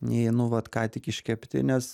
nei nu vat ką tik iškepti nes